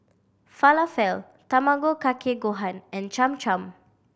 Falafel Tamago Kake Gohan and Cham Cham